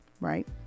right